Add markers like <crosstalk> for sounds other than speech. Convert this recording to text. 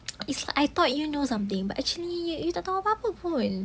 <noise> it's I thought you know something but actually you tak tahu apa-apa pun